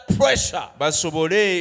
pressure